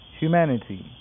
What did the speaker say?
Humanity